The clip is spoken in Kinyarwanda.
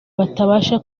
batabasha